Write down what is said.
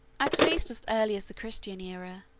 at least as early as the christian aera,